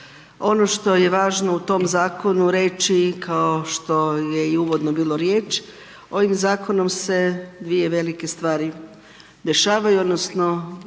Ono što je važno u tom zakonu reći kao što je i uvodno bilo riječ, ovim zakonom se dvije velike stvari dešavaju, odnosno